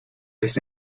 les